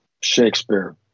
Shakespeare